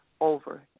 over